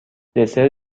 دسر